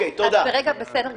אז בסדר גמור.